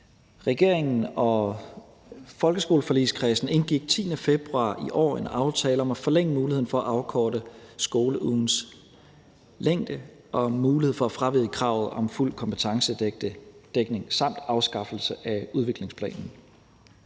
Regeringen og folkeskoleforligskredsen indgik den 10. februar i år en aftale om at forlænge muligheden for at afkorte skoleugens længde, om at give mulighed for at fravige kravet om fuld kompetencedækning og om afskaffelse af udviklingsplaner.